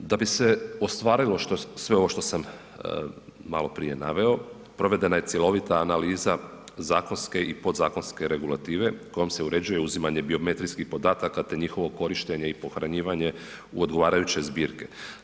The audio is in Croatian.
Da bi se ostvarilo sve ovo što sam maloprije naveo, provedena je cjelovita analiza zakonske i podzakonske regulative kojom se uređuje uzimanje biometrijskih podataka te njihovo korištenje i pohranjivanje u odgovarajuće zbirke.